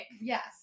Yes